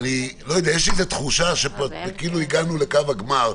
יש לי תחושה שכאילו הגענו לקו הגמר,